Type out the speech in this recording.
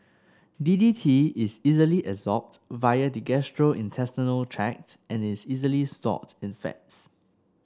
D D T is readily absorbed via the gastrointestinal tract and is easily stored in fats